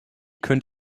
könnt